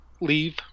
leave